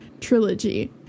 trilogy